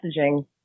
messaging